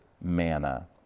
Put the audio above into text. manna